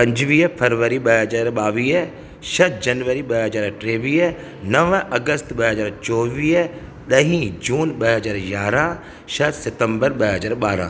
पंजवीह फरवरी ॿ हज़ार ॿावीह छह जनवरी ॿ हज़ार टेवीह नव अगस्त ॿ हज़ार चोवीह ॾहीं जून ॿ हज़ार यारहं छह सितंबर ॿ हज़ार ॿारहं